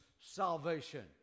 salvation